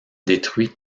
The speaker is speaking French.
détruit